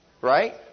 Right